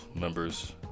members